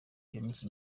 james